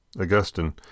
Augustine